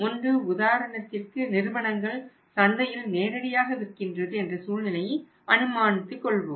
ஒன்று உதாரணத்திற்கு நிறுவனங்கள் சந்தையில் நேரடியாக விற்கின்றது என்ற சூழ்நிலையை அனுமானித்துக் கொள்வோம்